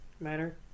matter